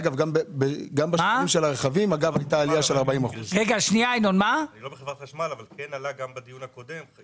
אגב גם בשמן של הרכבים הייתה עלייה של 40%. אני לא מחברת חשמל אבל כן עלה גם בדיון הקודם.